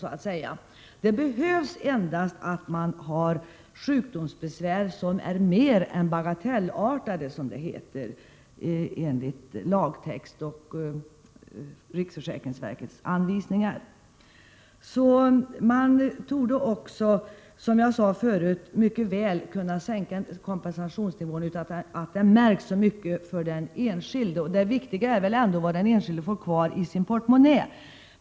Vederbörande behöver endast ha sjukdomsbesvär som är mer än bagatellartade, som det heter i lagtexten och i riksförsäkringsverkets anvisningar. Vi torde således, som jag sade förut, mycket väl kunna sänka kompensationsnivån utan att det märks särskilt mycket för den enskilde. Det viktiga är väl ändå vad den enskilde får kvar i sin portmönnä.